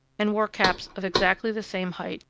and wore caps of exactly the same height,